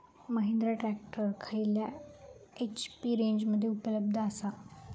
Mahindra tractor खयल्या HP रेंजमध्ये उपलब्ध आसा?